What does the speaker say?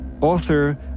Author